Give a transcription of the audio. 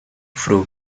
fruit